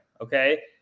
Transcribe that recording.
Okay